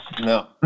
no